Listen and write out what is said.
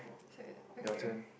it's like okay